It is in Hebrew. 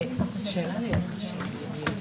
תודה, גברתי.